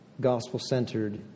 gospel-centered